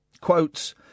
Quotes